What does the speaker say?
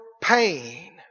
pain